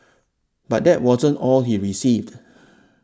but that wasn't all he received